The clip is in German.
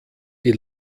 die